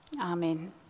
amen